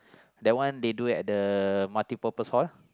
that one they do at the multi purpose hall